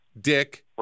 Dick